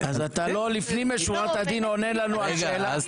אתה לא לפנים משורת הדין עונה לנו על שאלה?